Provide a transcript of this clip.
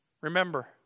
Remember